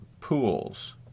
pools